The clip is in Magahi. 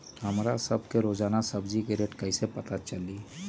हमरा सब के रोजान सब्जी के रेट कईसे पता चली?